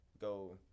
Go